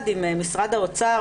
משרד האוצר,